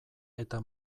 eta